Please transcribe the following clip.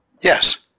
Yes